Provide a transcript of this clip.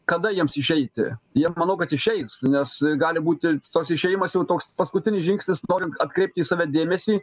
kada jiems išeiti jie manau kad išeis nes gali būti toks išėjimas jau toks paskutinis žingsnis norint atkreipt į save dėmesį